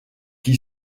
qui